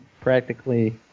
practically